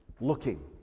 looking